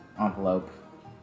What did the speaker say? envelope